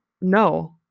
no